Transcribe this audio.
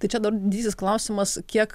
tai čia dar didysis klausimas kiek